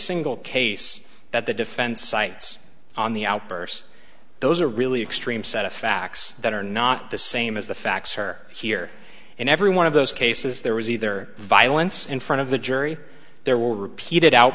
single case that the defense sites on the outbursts those are really extreme set of facts that are not the same as the facts are here in every one of those cases there was either violence in front of the jury there were repeated out